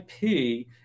ip